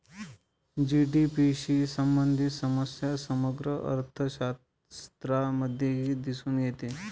GDP शी संबंधित समस्या समग्र अर्थशास्त्रामध्येही दिसून येते